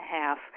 half